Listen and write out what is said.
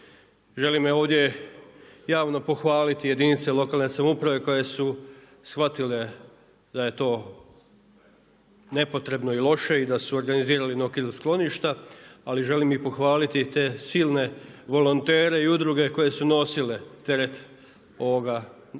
Želim ovdje javno pohvaliti jedinice lokalne samouprave koje su shvatile da je to nepotrebno i loše i da su organizirali …/Govornik se ne razumije./… skloništa ali želim i pohvaliti i te silne volontere i udruge koje su nosile teret ovakvog načina